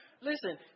Listen